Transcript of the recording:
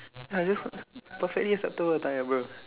ya just perfectly acceptable attire bro